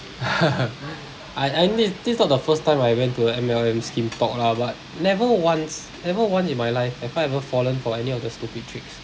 I I know this this is not the first time I went to M_L_M scheme talk lah but never once never once in my life have I ever fallen for any of the stupid tricks